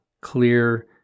clear